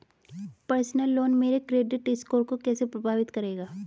Personal loan मेरे credit score को कैसे प्रभावित करेगा?